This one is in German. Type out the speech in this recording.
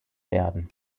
werden